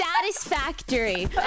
satisfactory